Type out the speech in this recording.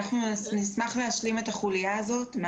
אנחנו נשמח להשלים את החוליה הזאת.